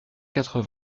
quatre